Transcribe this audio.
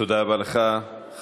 תודה רבה, אדוני.